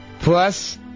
Plus